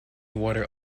water